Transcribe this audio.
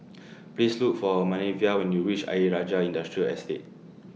Please Look For Manervia when YOU REACH Ayer Rajah Industrial Estate